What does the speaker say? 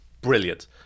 brilliant